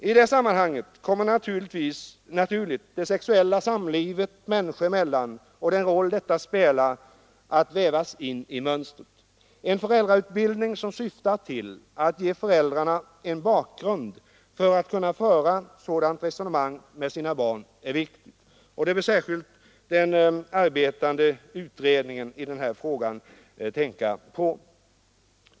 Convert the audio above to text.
I det sammanhanget kommer naturligt det sexuella samlivet människor emellan och den roll detta spelar att vävas in i mönstret. En föräldrautbildning som syftar till att ge föräldrarna en bakgrund för att kunna föra sådana resonemang med sina barn är viktig. Detta bör särskilt den arbetande utredningen i denna fråga tänka på.